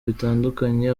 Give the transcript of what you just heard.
bitandukanye